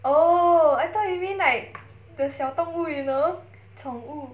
oh I thought you mean like the 小动物 you know 宠物